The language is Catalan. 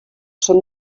són